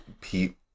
Pete